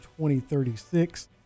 2036